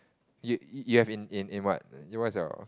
you you have in in what what's your